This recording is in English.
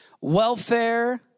welfare